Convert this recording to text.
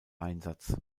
einsatz